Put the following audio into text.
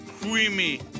creamy